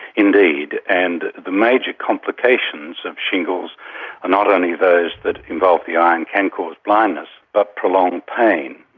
indeed. and the major complications of shingles are not only those that involve the eye and can cause blindness but prolonged pain.